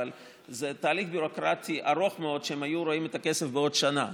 אבל זה תהליך ביורוקרטי ארוך מאוד והם היו רואים את הכסף בעוד שנה.